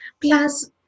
Plus